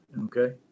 Okay